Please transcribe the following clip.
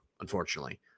unfortunately